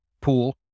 pool